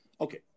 okay